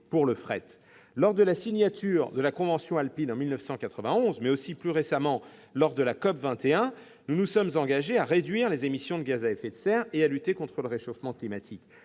pour le fret. Lors de la signature de la convention alpine en 1991, mais aussi plus récemment lors de la COP21, nous nous sommes engagés à réduire les émissions de gaz à effet de serre et à lutter contre le réchauffement climatique.